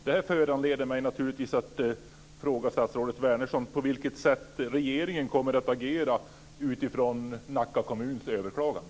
Detta föranleder mig att fråga statsrådet Wärnersson på vilket sätt regeringen kommer att agera utifrån Nacka kommuns överklagande.